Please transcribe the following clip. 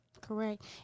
Correct